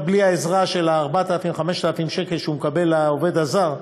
בלי העזרה של ה-4,000 5,000 שקלים שהוא מקבל לעובד הזר,